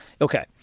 Okay